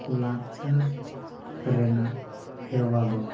ᱞᱟᱠᱪᱟᱨ ᱨᱮᱱᱟᱜ ᱦᱮᱣᱟ ᱫᱚ